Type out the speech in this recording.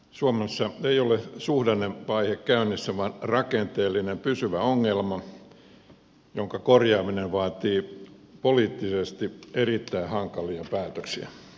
suomessa ei ole suhdannevaihe käynnissä vaan rakenteellinen pysyvä ongelma jonka korjaaminen vaatii poliittisesti erittäin hankalia päätöksiä